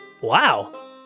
Wow